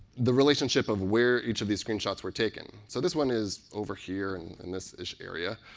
the relationship of where each of these screen shots were taken. so this one is over here and in this-ish area,